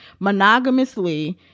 monogamously